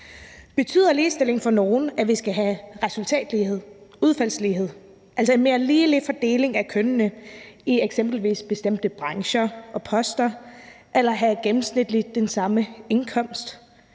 Betyder ligestilling for nogen, at vi skal have resultatlighed, udfaldslighed, altså en mere ligelig fordeling af kønnene i eksempelvis bestemte brancher og på bestemte poster, eller at de gennemsnitligt skal have den samme indkomst,